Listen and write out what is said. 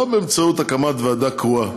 לא באמצעות הקמת ועדה קרואה,